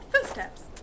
Footsteps